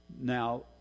Now